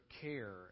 care